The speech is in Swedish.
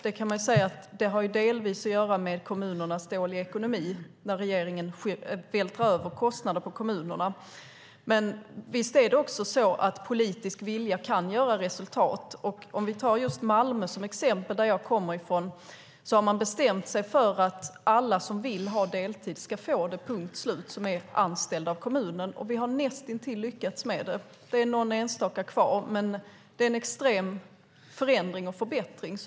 Det har delvis att göra med kommunernas dåliga ekonomi när regeringen vältrar över kostnader på kommunerna. Men visst är det också så att politisk vilja kan ge resultat. Jag kan ta Malmö, som jag kommer från, som exempel. Där har man bestämt sig för att alla som är anställda av kommunen och som vill ha heltid ska få det, och man har nästintill lyckats med det. Det är någon enstaka kvar. Men det är en extrem förändring och förbättring.